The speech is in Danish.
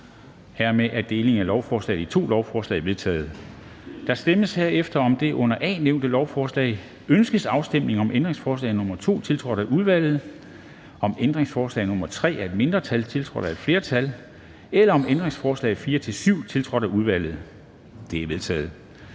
Dermed er delingen af lovforslaget i to lovforslag vedtaget. Der stemmes herefter om det under A nævnte lovforslag: Ønskes afstemning om ændringsforslag nr. 2, tiltrådt af udvalget, om ændringsforslag nr. 3 af et mindretal (NB), tiltrådt af et flertal (det øvrige udvalg), eller om ændringsforslag nr. 4-7, tiltrådt af udvalget? De er vedtaget.